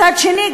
מצד שני,